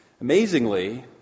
Amazingly